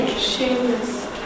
Shameless